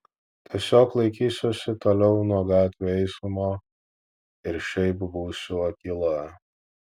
tiesiog laikysiuosi toliau nuo gatvių eismo ir šiaip būsiu akyla